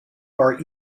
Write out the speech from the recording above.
our